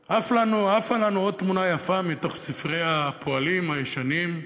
ועפה לנו עוד תמונה יפה מתוך ספרי הפועלים הישנים,